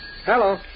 Hello